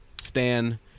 Stan